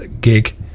gig